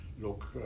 look